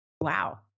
Wow